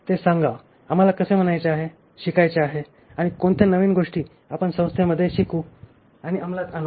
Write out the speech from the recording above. ते सांगा आम्हाला कसे म्हणायचे आहे शिकायचे आहे आणि कोणत्या नवीन गोष्टी आपण संस्थेत शिकू आणि अंमलात आणू